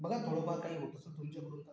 बघा थोडफार काही होत असेल तुमच्याकडून तर